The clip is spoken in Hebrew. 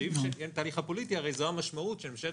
באין תהליך פוליטי הרי זו המשמעות של ממשלת